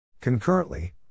Concurrently